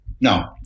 No